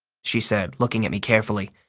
she said, looking at me carefully.